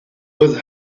with